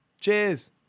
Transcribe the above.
Cheers